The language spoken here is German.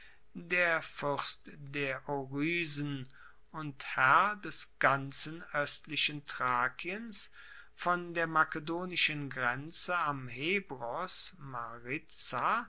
der fuerst der orysen und herr des ganzen oestlichen thrakiens von der makedonischen grenze am hebros